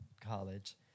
college